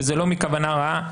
וזה לא מכוונה רעה,